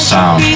Sound